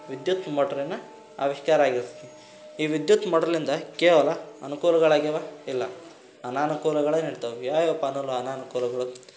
ವಿದ್ಯುತ್ ಮೋಟ್ರಿನ ಆವಿಷ್ಕಾರ ಆಗಿರ್ತೈತಿ ಈ ವಿದ್ಯುತ್ ಮೋಟ್ರ್ಲಿಂದ ಕೇವಲ ಅನುಕೂಲಗಳು ಆಗ್ಯಾವ ಇಲ್ಲ ಅನಾನುಕೂಲಗಳೂ ನಡಿತವೆ ಯಾವ್ಯಾವಪ್ಪ ಅನ್ನಲು ಅನಾನುಕೂಲಗಳು